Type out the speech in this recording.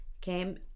came